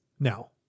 Now